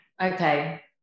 Okay